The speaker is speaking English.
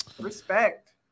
Respect